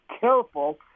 careful